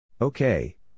Okay